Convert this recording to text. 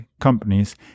companies